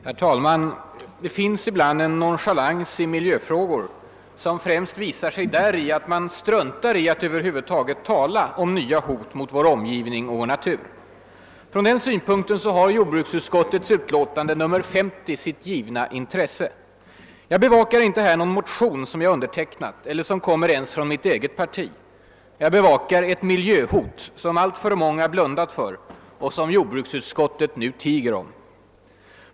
Herr talman! Det finns ibland en nonchalans i miljöfrågor, som främst visar sig däri att man struntar i att över huvud taget tala om nya hot mot vår omgivning och vår natur. Från den synpunkten har jordbruksutskottets utlåtande nr 50 sitt givna intresse. Jag bevakar inte här någon motion som jag har undertecknat eller som ens kommer från mitt eget parti. Jag bevakar ett miljöhot som alltför många blundat för och som jordbruksutskottet nu tiger om.